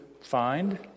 find